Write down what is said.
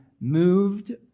moved